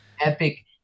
Epic